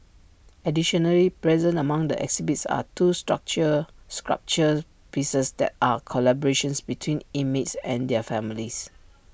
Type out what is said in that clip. additionally present among the exhibits are two structure sculpture pieces that are collaborations between inmates and their families